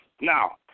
now